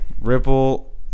Ripple